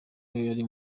yari